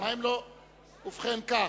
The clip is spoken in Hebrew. ובכן כך: